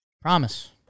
Promise